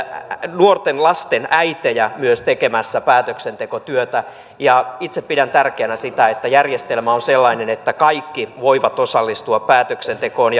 nuorten lasten äitejä tekemässä päätöksentekotyötä itse pidän tärkeänä sitä että järjestelmä on sellainen että kaikki voivat osallistua päätöksentekoon